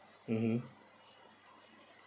mmhmm